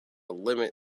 limit